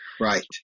Right